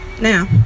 Now